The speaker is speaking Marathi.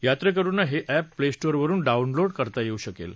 यात्रेकरूनां हे अॅप प्लेस्टोर वरून डाऊनलोड करता येऊ शकेल